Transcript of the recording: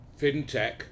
FinTech